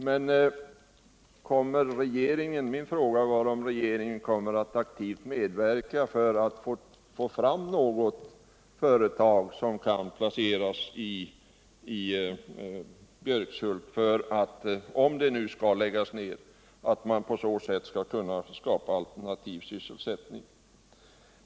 Men min fråga var, om regeringen aktivt vill medverka till att något företag kan lokaliseras till Björkshult för att på så sätt skapa alternativ sysselsättning för den händelse glashyttan kommer att läggas ned.